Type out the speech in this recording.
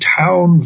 town